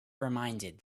reminded